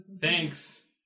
Thanks